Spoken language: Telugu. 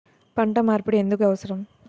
పంట మార్పిడి ఎందుకు అవసరం?